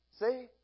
See